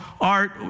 art